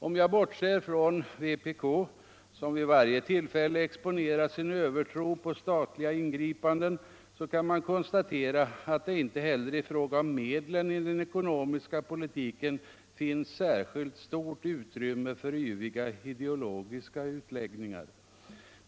Om jag bortser från vpk, som vid varje tillfälle exponerar sin övertro på statliga ingripanden, kan jag konstatera att det inte heller i fråga om medlen i den ekonomiska politiken finns särskilt stort utrymme för yviga ideologiska utläggningar.